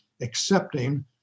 accepting